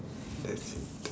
that's it